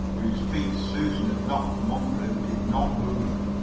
whose feet susan had knocked from under him, did not move.